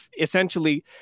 Essentially